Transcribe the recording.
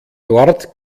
dort